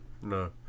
No